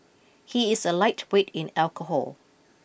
he is a lightweight in alcohol